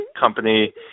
company